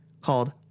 called